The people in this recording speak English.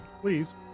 Please